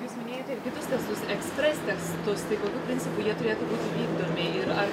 jūs minėjote ir kitus testus ekspres testus tai kokiu principu jie turėtų būti vykdomi ir ar